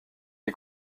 est